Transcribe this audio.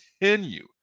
continue